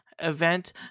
event